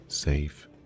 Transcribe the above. Safe